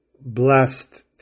blessed